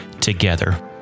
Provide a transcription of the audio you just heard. together